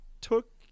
took